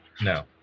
No